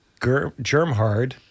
Germhard